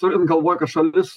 turint galvoj kad šalis